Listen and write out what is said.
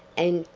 and,